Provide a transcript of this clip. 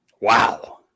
Wow